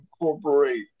incorporate